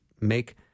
make